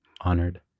Honored